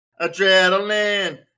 Adrenaline